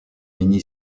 mini